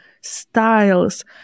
styles